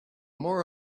more